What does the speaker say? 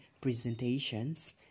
presentations